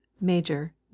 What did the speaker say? Major